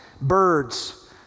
birds